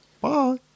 Bye